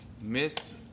Miss